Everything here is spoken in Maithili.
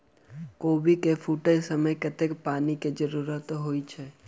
कोबी केँ फूटे समय मे कतेक पानि केँ जरूरत होइ छै?